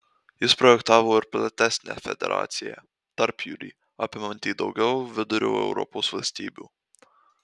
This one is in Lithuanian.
jis projektavo ir platesnę federaciją tarpjūrį apimantį daugiau vidurio europos valstybių